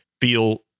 feel